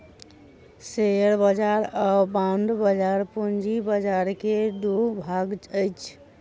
share बाजार आ bond बाजार पूंजी बाजार के दू भाग अछि